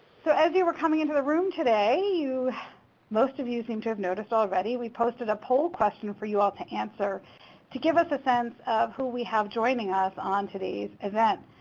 so as you were coming into the room today, most of you seem to have noticed already we posted a poll question for you all to answer to give us a sense of who we have joining us on today's event.